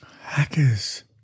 Hackers